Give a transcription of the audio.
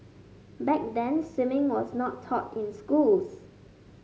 back then swimming was not taught in schools